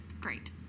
great